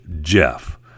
jeff